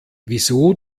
wieso